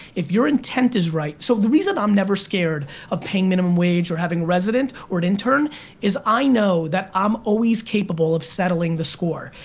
if your intent is right so the reason i'm never scared of paying minimum wage or having a resident or an intern is i know that i'm always capable of settling the score.